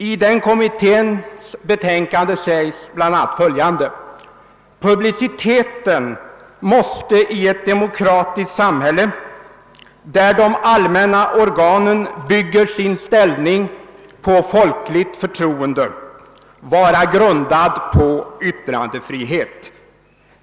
I dess betänkande sägs bl.a. följande: »Publiciteten måste i ett demokratiskt samhälle där de allmänna organen bygger sin ställning på folkligt förtroen de, vara grundad på yttrandefrihet.